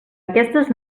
aquestes